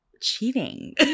cheating